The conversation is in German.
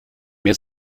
mehr